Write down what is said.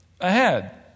ahead